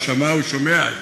הוא שמע, הוא שומע.